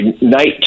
night